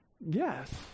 Yes